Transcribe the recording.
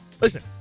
Listen